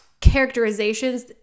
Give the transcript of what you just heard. Characterizations